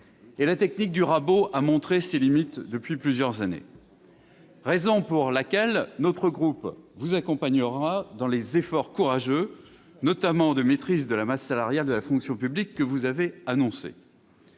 La technique du rabot a montré ses limites depuis plusieurs années. C'est la raison pour laquelle notre groupe vous accompagnera dans les efforts courageux, notamment de maîtrise de la masse salariale de la fonction publique, que vous avez annoncés.